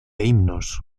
himnos